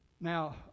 Now